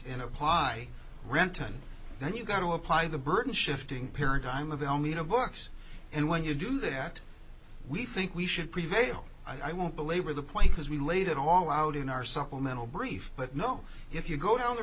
and apply renton then you've got to apply the burden shifting paradigm of elmina books and when you do that we think we should prevail i won't belabor the point because we laid it all out in our supplemental brief but no if you go down the